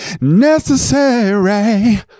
necessary